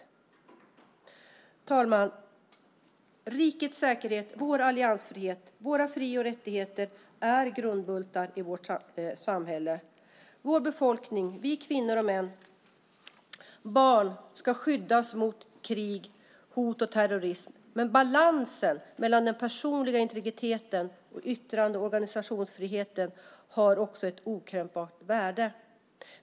Herr talman! Rikets säkerhet, vår alliansfrihet och våra fri och rättigheter är grundbultar i vårt samhälle. Vår befolkning - kvinnor, män och barn - ska skyddas från krig, hot och terrorism. Men balansen mellan den personliga integriteten och yttrande och organisationsfriheten har också ett okränkbart värde.